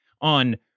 on